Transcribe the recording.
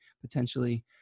potentially